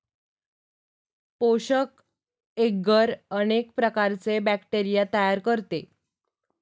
पोषक एग्गर अनेक प्रकारचे बॅक्टेरिया तयार करते